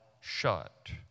shut